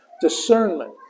Discernment